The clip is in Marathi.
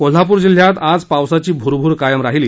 कोल्हापुर जिल्ह्यात आज पावसाची भूरभूर कायम राहिली